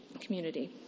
community